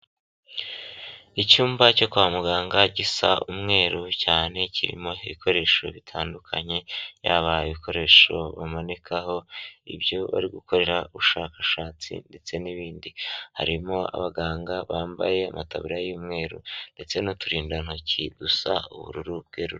Icyumba cyo kwa muganga gisa umweru cyane, kirimo ibikoresho bitandukanye, yaba ibikoresho bamanikaho, ibyo bari gukorera ubushakashatsi ndetse n'ibindi harimo abaganga bambaye amataburiya y'umweru ndetse n'uturindantoki dusa ubururu bwerurutse.